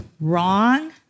wrong